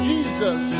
Jesus